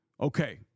Okay